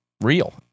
real